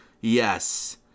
Yes